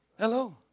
Hello